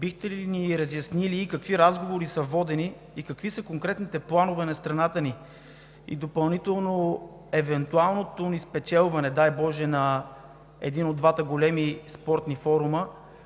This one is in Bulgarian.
Бихте ли ни разяснили какви разговори са водени и какви са конкретните планове на страната ни? Допълнително – евентуалното ни спечелване, дай боже, на един от двата големи спортни форуми